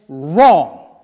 wrong